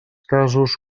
casos